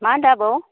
मा होन्दो आबौ